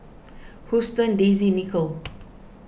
Huston Daisy Nichol